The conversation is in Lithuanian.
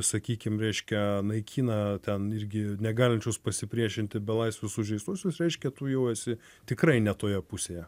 sakykim reiškia naikina ten irgi negalinčius pasipriešinti belaisvius sužeistuosius reiškia tu jau esi tikrai ne toje pusėje